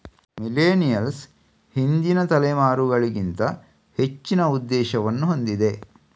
millennials ಹಿಂದಿನ ತಲೆಮಾರುಗಳಿಗಿಂತ ಹೆಚ್ಚಿನ ಉದ್ದೇಶವನ್ನು ಹೊಂದಿದೆ